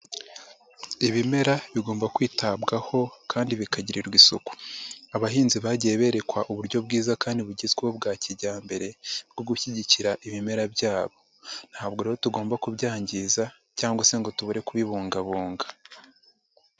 Ibimera bigomba kwitabwaho kandi bikagirirwa isuku, abahinzi bagiye berekwa uburyo bwiza kandi bugezweho bwa kijyambere bwo gushyigikira ibimera byabo. Ntabwo rero tugomba kubyangiza cyangwa se ngo tubure kubibungabunga.